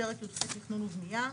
פרק י"ח תכנון ובנייה.